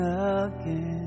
again